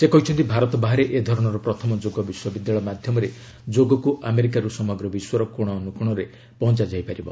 ସେ କହିଛନ୍ତି ଭାରତ ବାହାରେ ଏ ଧରଣର ପ୍ରଥମ ଯୋଗ ବିଶ୍ୱବିଦ୍ୟାଳୟ ମାଧ୍ୟମରେ ଯୋଗକୁ ଆମେରିକାରୁ ସମଗ୍ର ବିଶ୍ୱର କୋଣ ଅନୁକୋଶରେ ପହଞ୍ଚାଯାଇ ପାରିବ